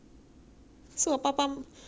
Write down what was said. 是我爸爸妈妈宠坏的